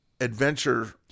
adventure